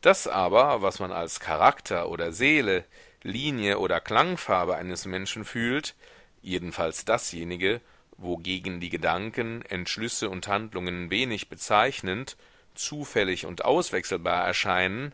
das aber was man als charakter oder seele linie oder klangfarbe eines menschen fühlt jedenfalls dasjenige wogegen die gedanken entschlüsse und handlungen wenig bezeichnend zufällig und auswechselbar erscheinen